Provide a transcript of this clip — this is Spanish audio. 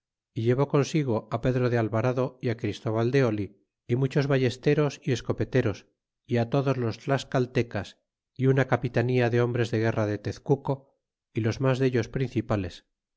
y llevó consigo pedro de alvarado christóbai de oh y muchos vallesteros y escopeteros y todos los tlascaltecas y una capitanía de hombres de guerra de tezcuco y los mas dellos principales